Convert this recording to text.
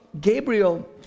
Gabriel